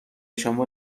شما